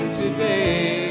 today